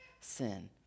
sin